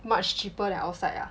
much cheaper than outside ah